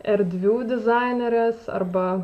erdvių dizainerės arba